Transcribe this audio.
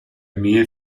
mie